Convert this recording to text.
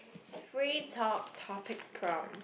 free talk topic from